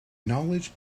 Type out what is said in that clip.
knowledge